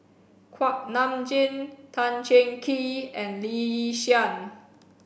Kuak Nam Jin Tan Cheng Kee and Lee Yi Shyan